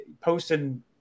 posting